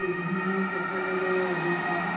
ବିଭିନ୍ନ ପ୍ରକାରର ଋଣ